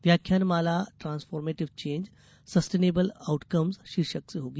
व्याख्यान माला transformative change sustainable outcomes शीर्षक से होगी